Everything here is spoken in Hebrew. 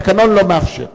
התקנון לא מאפשר.